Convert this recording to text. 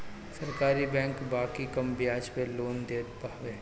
सरकारी बैंक बाकी कम बियाज पे लोन देत हवे